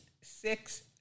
six